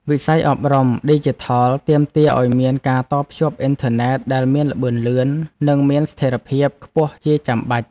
វិស័យអប់រំឌីជីថលទាមទារឱ្យមានការតភ្ជាប់អ៊ិនធឺណិតដែលមានល្បឿនលឿន និងមានស្ថិរភាពខ្ពស់ជាចាំបាច់។